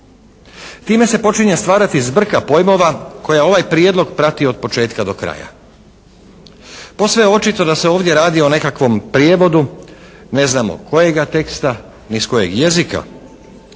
Time se počinje stvarati zbrka pojmova koja ovaj prijedlog prati od početka do kraja. Posve je očito da se ovdje radi o nekakvom prijevodu, ne znamo kojega teksta ni s kojeg jezika